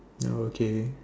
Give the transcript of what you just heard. okay